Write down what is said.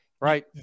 right